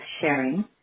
sharing